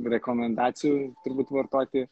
rekomendacijų turbūt vartoti